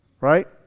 right